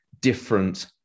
different